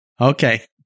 Okay